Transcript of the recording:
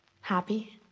happy